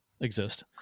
exist